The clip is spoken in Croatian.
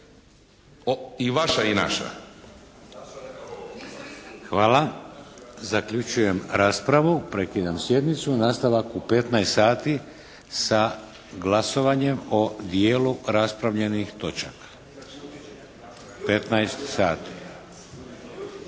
Vladimir (HDZ)** Hvala. Zaključujem raspravu. Prekidam sjednicu. Nastavak u 15,00 sati sa glasovanjem o dijelu raspravljenih točaka. 15,00 sati.